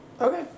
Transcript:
Okay